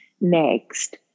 next